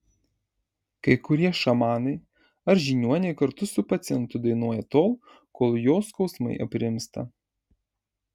kai kurie šamanai ar žiniuoniai kartu su pacientu dainuoja tol kol jo skausmai aprimsta